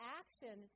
action